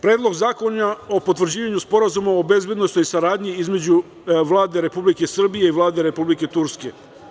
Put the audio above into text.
Predlog zakona o potvrđivanju Sporazuma o bezbednosnoj saradnji između Vlade Republike Srbije i Vlade Republike Turske.